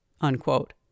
unquote